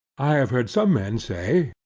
i have heard some men say,